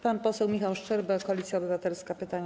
Pan poseł Michał Szczerba, Koalicja Obywatelska, pytanie.